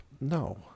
No